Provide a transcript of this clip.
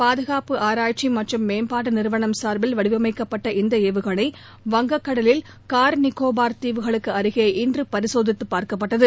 பாதுகாப்புஆராய்ச்சி மற்றும் மேம்பாட்டு நிறுவனம் சார்பில் வடிவமைக்கப்பட்ட இந்த ஏவுகனை வங்கக் கடலில் கார் நிக்கோபார் தீவுகளுக்கு அருகே இன்று பரிசோதித்து பார்க்கப்பட்டது